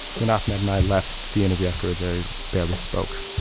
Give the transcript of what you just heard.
when ahmed and i left the interview, afterwards i barely spoke.